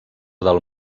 del